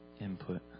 Input